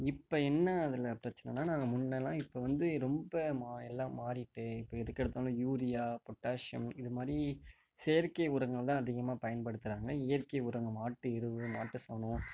இப்போ என்ன அதில் பிரச்சினைனா நாங்கள் முன்னெலாம் இப்போ வந்து ரொம்ப மா எல்லாம் மாறிட்டு இப்போ எதுக்கெடுத்தாலும் யூரியா பொட்டாஷியம் இது மாதிரி செயற்கை உரங்களை தான் அதிகமாக பயன்படுத்துகிறாங்க இயற்கை உரங்கள் மாட்டு எரு மாட்டு சாணம்